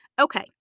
Okay